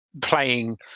playing